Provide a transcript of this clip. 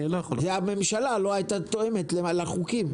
כי הממשלה לא היתה מתואמת לחוקים.